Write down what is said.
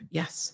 yes